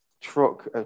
truck